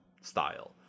style